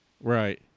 Right